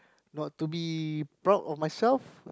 not to be proud of myself